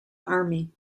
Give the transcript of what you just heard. army